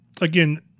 again